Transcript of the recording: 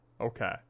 Okay